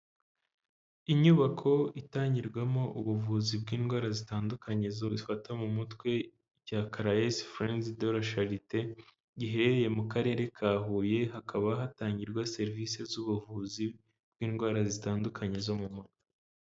Inyubako itangirwamo ubuvuzi bw'indwara zitandukanye zibifata mu mutwe ya Caraes Freres de la Chalite, giherereye mu Karere ka Huye hakaba hatangirwa serivisi z'ubuvuzi bw'indwara zitandukanye zo mu mutwe.